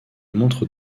montre